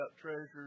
treasures